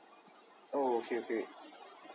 oh okay okay